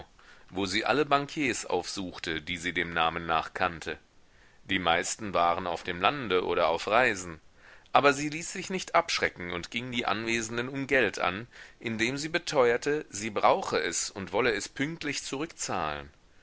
wo sie alle bankiers aufsuchte die sie dem namen nach kannte die meisten waren auf dem lande oder auf reisen aber sie ließ sich nicht abschrecken und ging die anwesenden um geld an indem sie beteuerte sie brauche es und wolle es pünktlich zurückzahlen